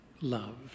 love